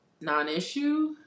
non-issue